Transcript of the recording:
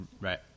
right